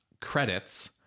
credits